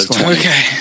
Okay